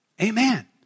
Amen